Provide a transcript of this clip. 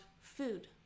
food